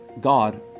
God